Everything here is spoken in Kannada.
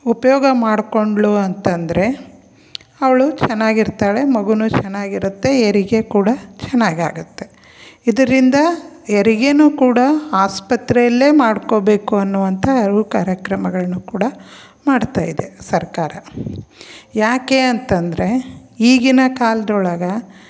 ಉಪಯೋಗ ಮಾಡಿಕೊಂಡ್ಳು ಅಂತಂದರೆ ಅವಳು ಚೆನ್ನಾಗಿರ್ತಾಳೆ ಮಗುವು ಚೆನ್ನಾಗಿರುತ್ತೆ ಹೆರಿಗೆ ಕೂಡ ಚೆನ್ನಾಗಾಗುತ್ತೆ ಇದರಿಂದ ಹೆರಿಗೆನು ಕೂಡ ಆಸ್ಪತ್ರೆಯಲ್ಲೇ ಮಾಡ್ಕೋಬೇಕು ಅನ್ನುವಂಥ ಅರಿವು ಕಾರ್ಯಕ್ರಮಗಳನ್ನು ಕೂಡ ಮಾಡ್ತಾಯಿದೆ ಸರ್ಕಾರ ಯಾಕೆ ಅಂತಂದರೆ ಈಗಿನ ಕಾಲ್ದೊಳಗೆ